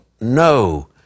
no